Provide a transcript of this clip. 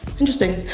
interesting.